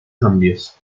cambios